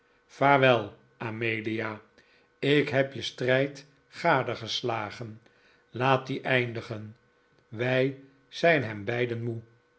vaarwel amelia ik heb je strijd gadegeslagen laat dien eindigen wij zijn hem beiden moe